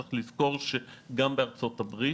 צריך לזכור שגם בארצות הברית,